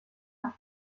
und